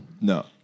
No